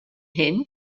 hyn